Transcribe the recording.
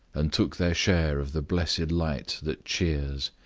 and took their share of the blessed light that cheers,